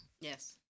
Yes